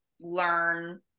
learn